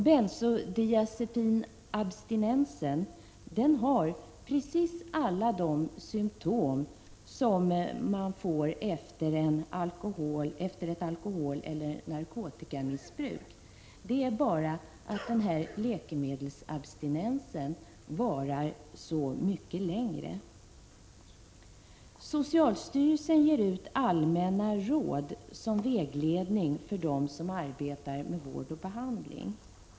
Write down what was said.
Bensodiazepinabstinensen har precis alla de symptom som man får efter ett alkoholeller narkotikamissbruk. Det är bara det att läkemedelsabstinensen varar så mycket längre. Socialstyrelsen ger ut allmänna råd som vägledning för dem som arbetar med vård och behandling.